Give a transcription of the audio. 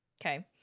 Okay